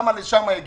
למה הגענו לשם?